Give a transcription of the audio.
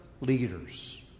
leaders